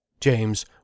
James